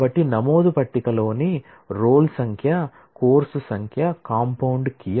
కాబట్టి నమోదు పట్టికలోని రోల్ సంఖ్య కోర్సు సంఖ్య కాంపౌండ్ కీ